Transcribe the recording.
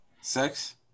sex